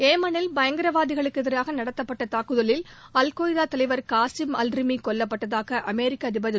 ஏமனில் பயங்கரவாதிகளுக்கு எதிராக நடத்தப்பட்ட தாக்குதலில் அல்கொய்தா தலைவர் காசிம் அல் ரிமி கொல்லப்பட்டதாக அமெரிக்க அதிபா் திரு